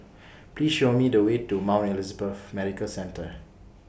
Please Show Me The Way to Mount Elizabeth Medical Centre